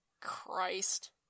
Christ